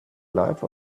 life